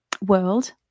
world